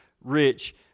rich